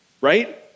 right